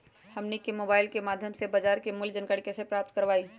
हमनी के मोबाइल के माध्यम से बाजार मूल्य के जानकारी कैसे प्राप्त करवाई?